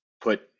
put